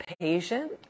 patient